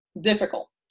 difficult